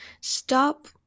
stop